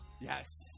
Yes